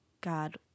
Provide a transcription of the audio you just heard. God